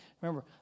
Remember